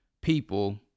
people